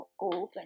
open